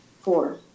Four